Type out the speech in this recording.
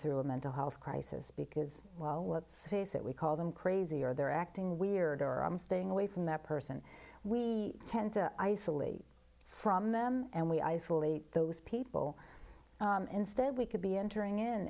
through a mental health crisis because well let's face it we call them crazy or they're acting weird or i'm staying away from that person we tend to isolate from them and we isolate those people instead we could be entering in